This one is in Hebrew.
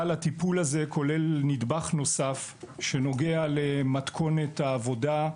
אבל הטיפול הזה כולל נדבך נוסף שנוגע למתכונת העבודה,